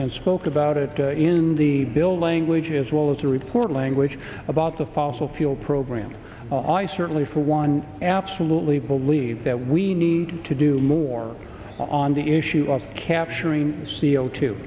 and spoke about it in the bill language as well as a report language about the fossil fuel program i certainly for one absolutely believe that we need to do more on the issue of capturing c o two